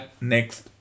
next